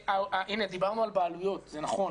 הנה, דיברנו על בעלויות, זה נכון,